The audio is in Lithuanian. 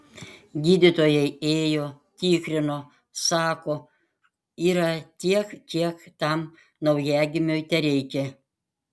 gydytojai ėjo tikrino sako yra tiek kiek tam naujagimiui tereikia